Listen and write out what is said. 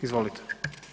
Izvolite.